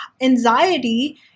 anxiety